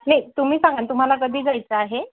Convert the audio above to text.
नाही तुम्ही सांगा तुम्हाला कधी जायचं आहे